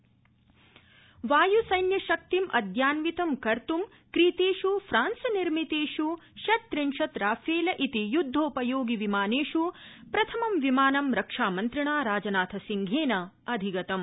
राजनाथसिंह वायुसैन्यशक्तिम् अद्यान्वितुं क्रीतेषु फ्रांसनिर्मितेषु षट्त्रिशत्राफेल इति युद्धोपयोगिविमानेषु प्रथमं विमानं रक्षामन्त्रिणा राजनाथसिंहेन अधिगतम्